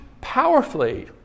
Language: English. powerfully